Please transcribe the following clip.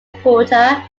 reporter